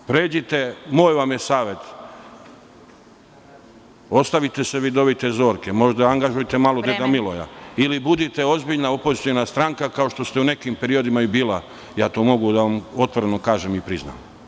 Pređite, moj vam je savet, ostavite se vidovite Zorke, možda angažujte malo deda Miloja ili budite ozbiljna opoziciona stranka kao što ste u nekim periodima i bili, a to mogu da vam otvoreno kažem i priznam.